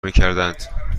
میکردند